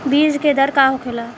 बीज के दर का होखेला?